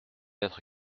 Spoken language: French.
être